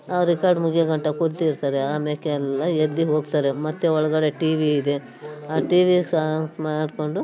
ಆ ರೆಕಾರ್ಡ್ ಮುಗಿಯೋಗಂಟ ಕೂತಿರ್ತಾರೆ ಆಮ್ಯಾಕೆ ಎಲ್ಲ ಎದ್ದು ಹೋಗ್ತಾರೆ ಮತ್ತೆ ಒಳಗಡೆ ಟಿವಿ ಇದೆ ಆ ಟಿವಿ ಸಹ ಆನ್ ಮಾಡಿಕೊಂಡು